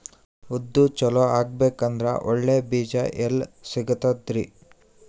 ಉದ್ದು ಚಲೋ ಆಗಬೇಕಂದ್ರೆ ಒಳ್ಳೆ ಬೀಜ ಎಲ್ ಸಿಗತದರೀ?